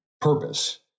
purpose